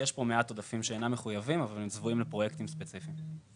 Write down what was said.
יש פה מעט עודפים שאינם מחויבים וצבועים לפרויקטים ספציפיים.